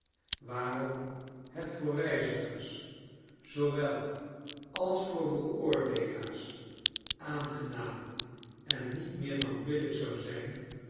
waarom het voor reizigers zoowel als voor beoordeelaars a'angenaam en niet meer dan billijk zou zijn